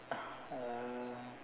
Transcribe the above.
uh